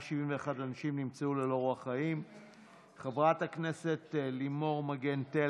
הקשיש אשר גר בבניין שבו אמור להתקיים פרויקט חיזוק מבנים מרעידות